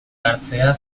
hartzea